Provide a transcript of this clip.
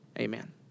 amen